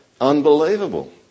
unbelievable